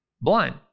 blind